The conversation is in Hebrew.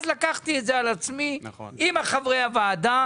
אז לקחתי את זה על עצמי עם חברי הוועדה.